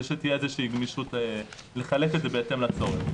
שתהיה איזושהי גמישות לחלק את זה בהתאם לצורך.